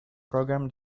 program